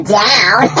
down